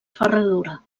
ferradura